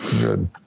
Good